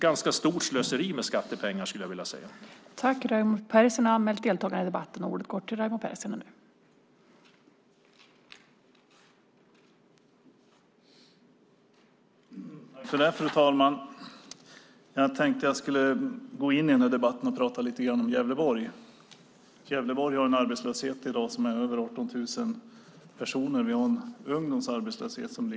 Jag skulle vilja säga att regeringens satsning är ett ganska stort slöseri med skattepengar.